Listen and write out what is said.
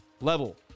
level